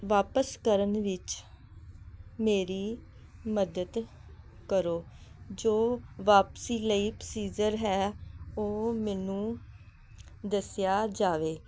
ਵਾਪਿਸ ਕਰਨ ਵਿੱਚ ਮੇਰੀ ਮਦਦ ਕਰੋ ਜੋ ਵਾਪਸੀ ਲਈ ਪਸੀਜਰ ਹੈ ਉਹ ਮੈਨੂੰ ਦੱਸਿਆ ਜਾਵੇ